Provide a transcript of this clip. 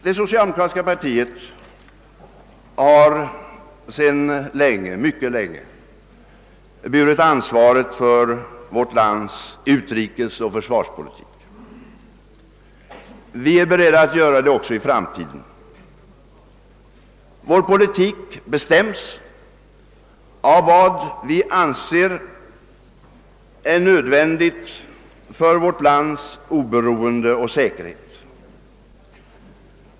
Det socialdemokratiska partiet har sedan mycket länge burit ansvaret för vårt lands utrikesoch försvarspolitik. Vi är beredda att göra det också i framtiden. Vår politik bestäms av vad vi anser vara nödvändigt för vårt lands oberoende och säkerhet.